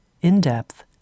in-depth